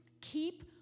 keep